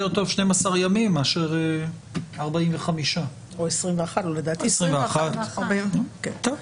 יותר טוב 12 ימים מאשר 45. או 21. על כל פנים,